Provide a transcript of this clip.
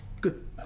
good